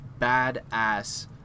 badass